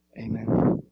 Amen